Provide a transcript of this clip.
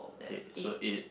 K so eight